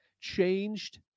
changed